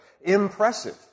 impressive